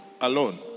alone